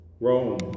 Rome